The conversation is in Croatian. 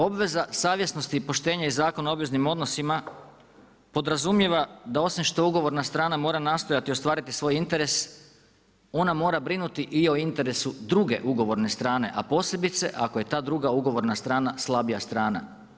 Obveza savjesnosti i poštenja iz Zakona o obveznim odnosima podrazumijeva da osim što ugovorna strana mora nastojati ostvariti svoj interes ona mora brinuti i o interesu druge ugovorne strane, a posebice ako je ta druga ugovorna strana slabija strana.